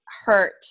hurt